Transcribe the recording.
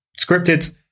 scripted